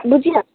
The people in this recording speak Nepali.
बुझिनँ